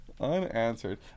unanswered